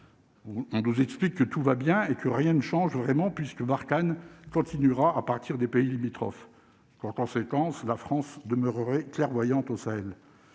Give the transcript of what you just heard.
on nous explique que tout va bien et que rien ne change vraiment puisque Barkhane continuera à partir des pays limitrophes, conséquence la France demeureraient clairvoyant, tout seul,